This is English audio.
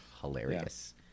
hilarious